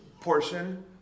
portion